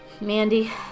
mandy